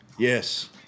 Yes